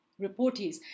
reportees